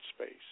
space